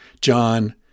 John